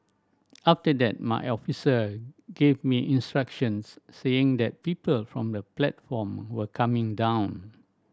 after that my officer gave me instructions saying that people from the platform were coming down